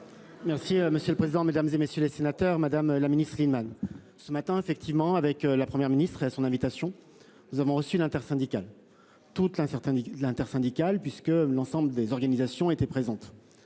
Merci monsieur le président, Mesdames, et messieurs les sénateurs Madame la Ministre Iman ce matin effectivement avec la Première ministre et son invitation. Nous avons reçu l'intersyndicale. Toute l'incertain de l'intersyndicale puisque l'ensemble des organisations étaient présentes.